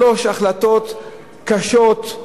בנק ישראל קיבל שלוש החלטות קשות שהשפיעו